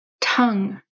Tongue